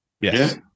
Yes